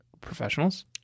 professionals